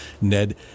Ned